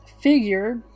figure